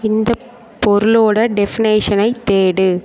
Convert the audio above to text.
இந்த பொருளோடய டெஃபனேஷனை தேடு